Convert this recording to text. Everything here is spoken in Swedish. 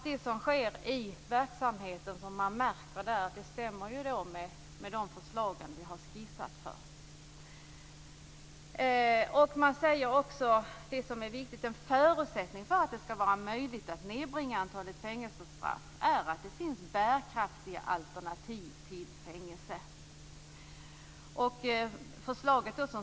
Det som sker i verksamheten stämmer med de förslag vi har skissat. Man säger också något annat som är viktigt: En förutsättning för att det skall vara möjligt att nedbringa antalet fängelsestraff är att det finns bärkraftiga alternativ till fängelse.